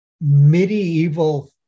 medieval